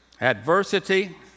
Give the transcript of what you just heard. Adversity